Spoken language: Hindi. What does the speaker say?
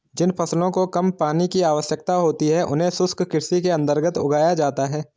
जिन फसलों को कम पानी की आवश्यकता होती है उन्हें शुष्क कृषि के अंतर्गत उगाया जाता है